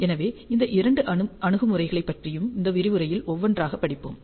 எனவே இந்த இரண்டு அணுகுமுறைகளைப் பற்றியும் இந்த விரிவுரையில் ஒவ்வொன்றாக படிப்போம்